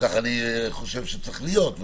ככה אני חושב שצריך להיות,